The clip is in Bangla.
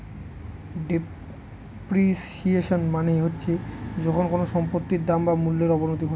ডেপ্রিসিয়েশন মানে হচ্ছে যখন কোনো সম্পত্তির দাম বা মূল্যর অবনতি ঘটে